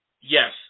yes